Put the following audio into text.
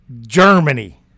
Germany